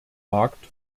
markt